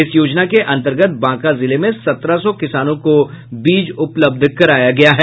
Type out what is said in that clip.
इस योजना के अंतर्गत बांका जिले में सत्रह सौ किसानों को बीज उपलब्ध कराया गया है